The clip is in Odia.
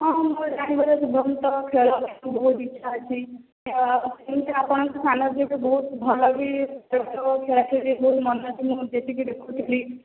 ହଁ ମୋ ଜାଣିବାରେ ସେ ବହୁତ ଖେଳରେ ବହୁତ ଇଚ୍ଛା ଅଛି ଯେମତି ଆପଣଙ୍କ ସାନ ଝିଅଠୁ ବହୁତ ଭଲ ବି ଖେଳାଖେଳିରେ ମନ ଅଛି ମୁଁ ଯେତିକି ଦେଖୁଥିଲି